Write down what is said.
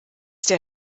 der